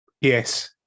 Yes